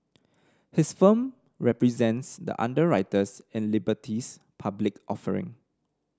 his firm represents the underwriters in Liberty's public offering